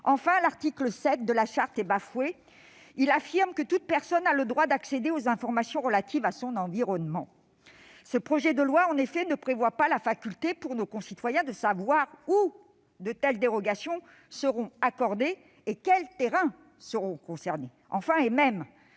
Enfin, l'article 7 de la Charte est bafoué. Il affirme que « toute personne a le droit [...] d'accéder aux informations relatives à l'environnement ». Ce projet de loi, en effet, ne prévoit pas la faculté pour nos concitoyens de savoir où de telles dérogations seront accordées et quels terrains seront concernés. Enfin, et même